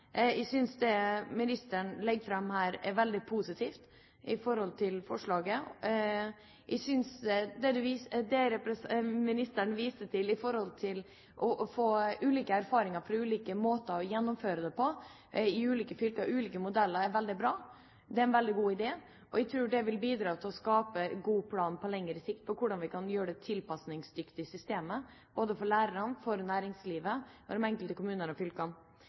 Jeg synes det ministeren legger fram her i forhold til forslaget, er veldig positivt. Jeg synes det ministeren viser til om å få erfaring fra ulike måter å gjennomføre ulike modeller på i ulike fylker, er veldig bra. Det er en veldig god idé. Jeg tror det vil bidra til å skape gode planer på lengre sikt for hvordan vi kan gjøre det tilpasningsdyktig i systemet – for lærerne, for næringslivet og de enkelte kommunene og fylkene.